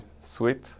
sweet